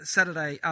Saturday